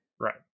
Right